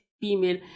female